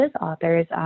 authors